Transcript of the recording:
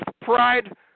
pride